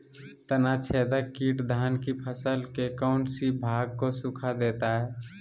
तनाछदेक किट धान की फसल के कौन सी भाग को सुखा देता है?